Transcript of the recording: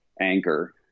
anchor